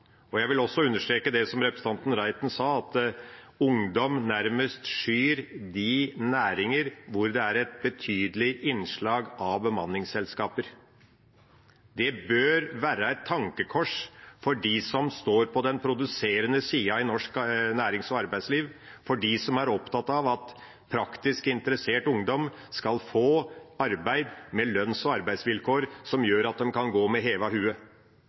foreslått. Jeg vil også understreke det som representanten Reiten sa, at ungdom nærmest skyr de næringene hvor det er et betydelig innslag av bemanningsselskaper. Det bør være et tankekors for dem som står på den produserende siden i norsk nærings- og arbeidsliv, og for dem som er opptatt av at praktisk interessert ungdom skal få arbeid med lønns- og arbeidsvilkår som gjør at de kan gå med